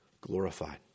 glorified